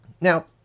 Now